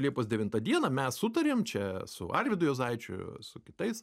liepos devintą dieną mes sutarėm čia su arvydu juozaičiu su kitais